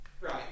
Right